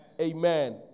Amen